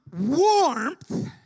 warmth